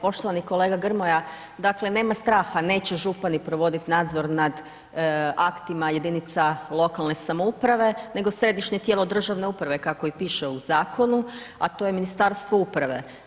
Poštovani kolega Grmoja, dakle nema straha, neće župani provodit nadzor nad aktima jedinica lokalne samouprave nego središnje tijelo državne uprave kako i piše u zakonu a to je Ministarstvo uprave.